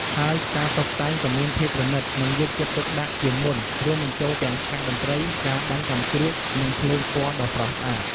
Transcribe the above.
ហើយការតុបតែងក៏មានភាពប្រណីត និងយកចិត្តទុកដាក់ជាងមុន រួមបញ្ចូលទាំងឆាកតន្ត្រី ការបាញ់កាំជ្រួច និងភ្លើងពណ៌ដ៏ស្រស់ស្អាត។